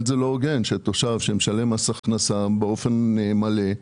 זה לא הוגן שתושב שמשלם מס הכנסה באופן מלא,